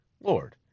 Lord